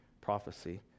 prophecy